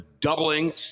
doubling